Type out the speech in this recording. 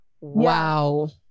Wow